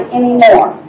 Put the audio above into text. anymore